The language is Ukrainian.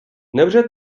невже